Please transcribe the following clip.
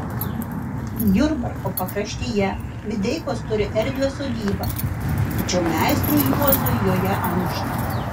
jurbarko pakraštyje videikos turi erdvią sodybą tačiau meistrui juozui joje ankšta